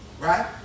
Right